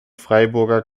freiburger